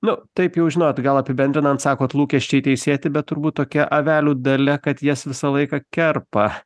nu taip jau žinot gal apibendrinant sakot lūkesčiai teisėti bet turbūt tokia avelių dalia kad jas visą laiką kerpa